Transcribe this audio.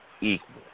equal